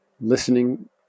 listening